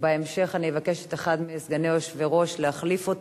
ובהמשך אני אבקש מאת אחד מסגני היושב-ראש להחליף אותי,